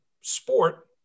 sport